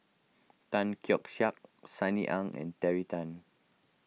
Tan Keong Saik Sunny Ang and Terry Tan